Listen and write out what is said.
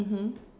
mmhmm